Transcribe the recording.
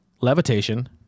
levitation